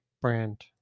brand